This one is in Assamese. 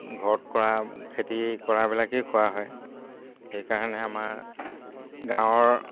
ঘৰত কৰা খেতি কৰাবিলাকেই খোৱা হয় সেইকাৰণে আমাৰ গাঁৱৰ